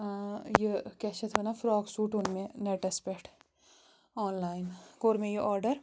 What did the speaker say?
یہِ کیٛاہ چھِ اتھ وَنان فِراک سوٗٹ اوٚن مےٚ نٮ۪ٹس پٮ۪ٹھ آنلایَن کوٚر مےٚ یہِ آرڈر